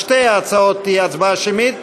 בסדר, אז על שתי ההצעות תהיה הצבעה שמית.